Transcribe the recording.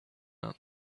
out